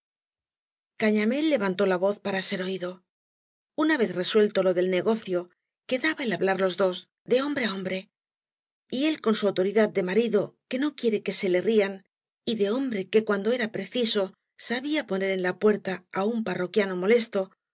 cañamél levantó la voz para ser oído una vez resuelto lo del negocio quedaba el hablar los dos de hombre á hombre y él con su autoridad de marido que no quiere que se le rían y de hombre que cuando era preciso sabía poner en la puerta á un parroquiano molesto